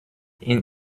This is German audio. ihn